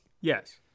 Yes